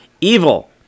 evil